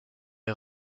est